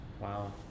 Wow